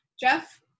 Jeff